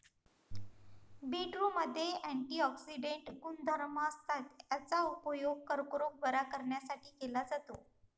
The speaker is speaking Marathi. बीटरूटमध्ये अँटिऑक्सिडेंट गुणधर्म असतात, याचा उपयोग कर्करोग बरा करण्यासाठी केला जातो